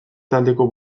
taldeko